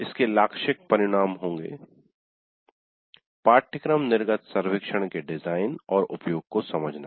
इसके लाक्षिक परिणाम होंगे पाठ्यक्रम निर्गत सर्वेक्षण के डिजाइन और उपयोग को समझना